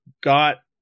got